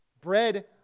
Bread